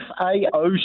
F-A-O